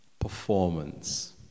performance